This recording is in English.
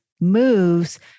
moves